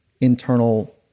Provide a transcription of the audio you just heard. internal